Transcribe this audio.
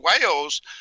whales